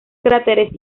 cráteres